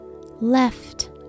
left